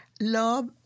Love